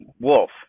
wolf